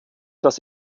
das